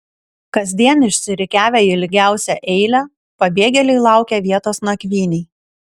kasdien išsirikiavę į ilgiausią eilę pabėgėliai laukia vietos nakvynei